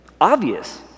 obvious